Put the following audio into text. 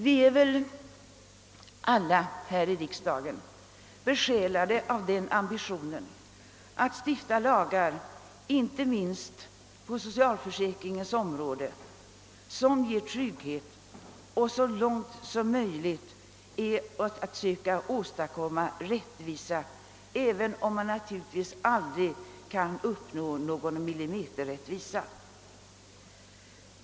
Vi är väl alla i riksdagen besjälade av ambitionen att stifta lagar, inte minst på socialförsäkringens område, som ger trygghet och så långt som möjligt åstadkommer rättvisa, även om man naturligtvis aldrig kan uppnå någon millimeterrättvisa.